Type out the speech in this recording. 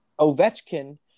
Ovechkin